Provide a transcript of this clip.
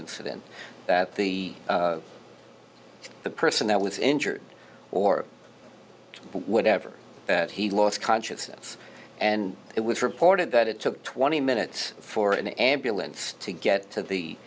in that the the person that was injured or whatever that he lost consciousness and it was reported that it took twenty minutes for an ambulance to get to the